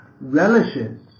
relishes